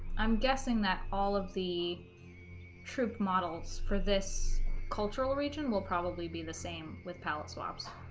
i'm guessing that all of the troop models for this cultural region will probably be the same with palette swaps